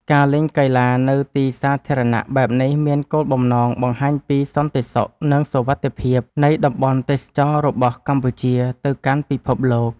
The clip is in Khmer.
ការលេងកីឡានៅទីសាធារណៈបែបនេះមានគោលបំណង បង្ហាញពីសន្តិសុខនិងសុវត្ថិភាព នៃតំបន់ទេសចរណ៍របស់កម្ពុជាទៅកាន់ពិភពលោក។